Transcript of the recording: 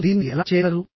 మీరు దీన్ని ఎలా చేయగలరు